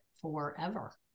forever